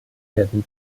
werden